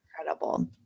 incredible